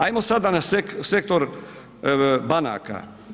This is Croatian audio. Ajmo sada na sektor banaka.